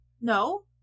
No